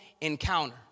encounter